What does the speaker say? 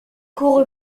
qu’au